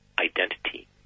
identity